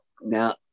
now